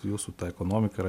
jūsų ta ekonomika yra